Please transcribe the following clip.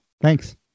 Thanks